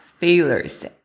Failures